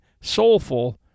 soulful